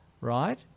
Right